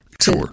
Sure